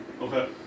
Okay